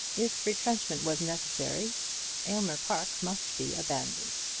if retrenchment was necessary aylmer park must be abandoned,